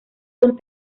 con